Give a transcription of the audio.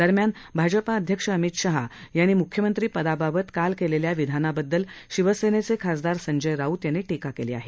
दरम्यान भाजपा अध्यक्ष अमित शाह यांनी म्ख्यमंत्री पदाबाबत काल केलेल्या विधानाबद्दल शिवसेनेचे खासदार संजय राऊत यांनी टीका केली आहे